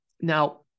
Now